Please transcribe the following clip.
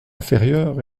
inférieur